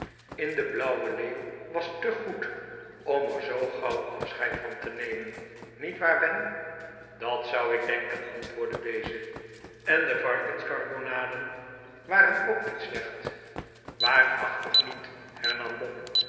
in de blauwe leeuw was te goed om er zoo gauw af scheid van te nemen niet waar ben dat zou ik denken antwoordde deze en de vaikenskarbonaden waren ook niet slecht waarachtig niet hernam bob